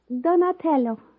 Donatello